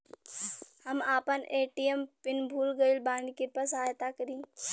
हम आपन ATM PIN भूल गईल बानी कृपया सहायता करी